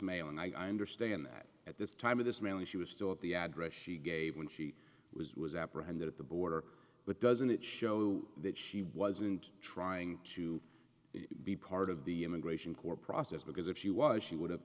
mail and i understand that at this time of this mailing she was still at the address she gave when she was was apprehended at the border but doesn't it show that she wasn't trying to be part of the immigration court process because if she was she would have